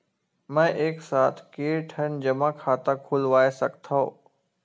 मैं एक साथ के ठन जमा खाता खुलवाय सकथव?